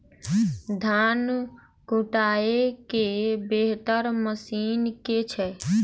धान कुटय केँ बेहतर मशीन केँ छै?